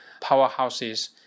powerhouses